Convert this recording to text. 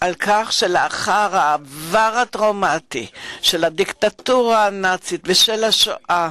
על כך שלאחר העבר הטראומטי של הדיקטטורה הנאצית ושל השואה,